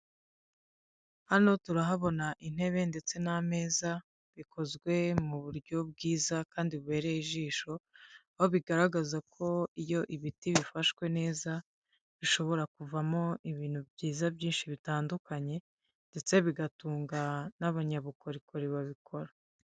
Hano turahabona intebe ndetse n'ameza bikozwe mu buryo bwiza kandi bubereye ijisho, aho bigaragaza ko iyo ibiti bifashwe neza bishobora kuvamo ibintu byiza byinshi bitandukanye ndetse bigatunga n'abanyabukorikori babikora.